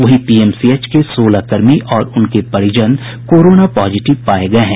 वहीं पीएमसीएच के सोलह कर्मी और उनके परिजन कोरोना पॉजिटिव पाये गये हैं